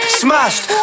smashed